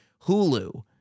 Hulu